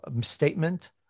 statement